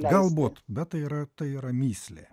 galbūt bet tai yra tai yra mįslė